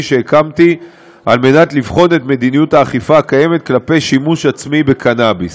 שהקמתי כדי לבחון את מדיניות האכיפה הקיימת כלפי שימוש עצמי בקנאביס.